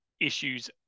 issues